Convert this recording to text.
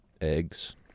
eggs